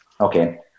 Okay